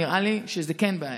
נראה לי שזו כן בעיה.